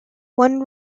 one